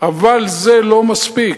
אבל זה לא מספיק.